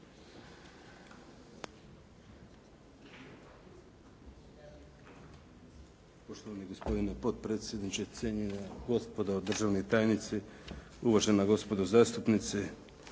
Poštovani gospodine potpredsjedniče, cijenjena gospodo državni tajnici, uvažena gospodo zastupnici.